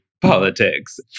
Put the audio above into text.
politics